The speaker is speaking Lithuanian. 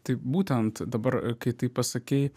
tai būtent dabar kai tai pasakei